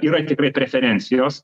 yra tikrai preferencijos